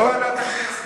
נעביר לוועדת הכנסת.